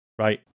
right